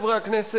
מופרכת ומסוכנת.